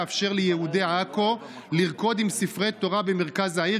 לאפשר ליהודי עכו לרקוד עם ספרי תורה במרכז העיר,